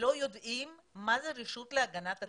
לא יודעים מה זאת הרשות להגנת הצרכן.